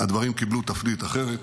הדברים קיבלו תפנית אחרת,